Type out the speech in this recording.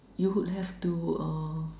you would have to uh